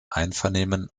einvernehmen